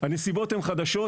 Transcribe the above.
הנסיבות הן חדשות,